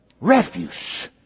Refuse